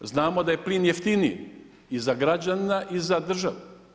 Znamo da je plin jeftiniji i za građanina i za državu.